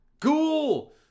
Cool